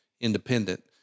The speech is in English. independent